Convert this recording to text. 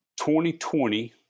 2020